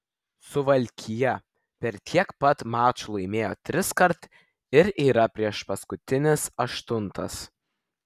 suvalkija per tiek pat mačų laimėjo triskart ir yra priešpaskutinis aštuntas